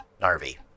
narvi